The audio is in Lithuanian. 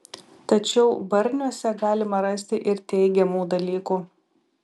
tačiau barniuose galima rasti ir teigiamų dalykų